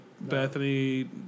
Bethany